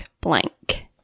blank